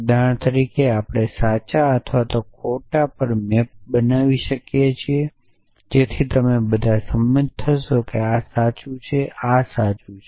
ઉદાહરણ તરીકે આપણે સાચા અથવા ખોટા પર મેપ બનાવી શકીએ જેથી તમે બધા સંમત થશો કે આ સાચું છે આ સાચું છે